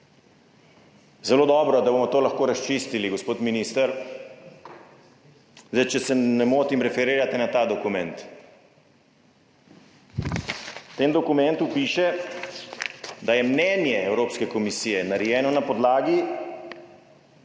Zelo dobro, da bomo to lahko razčistili, gospod minister. Če se ne motim referirate na ta / pokaže zboru/ dokument. V tem dokumentu piše, da je mnenje Evropske komisije narejeno na podlagi